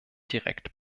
direkt